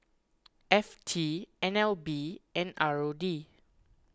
F T N L B and R O D